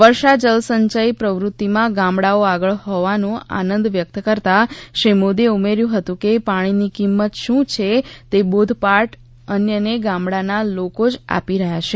વર્ષા જલસંચય પ્રવૃતિમાં ગામડાઓ આગળ હોવાનો આનંદ વ્યક્ત કરતાં શ્રી મોદીએ ઉમેર્યું હતું કે પાણીની કિંમત શું છે તે બોધપાઠ અન્યને ગામડાના લોકો જ આપી રહ્યા છે